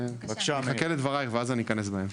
אני אחכה לדברייך ואז אני אכנס בהם.